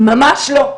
ממש לא.